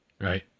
right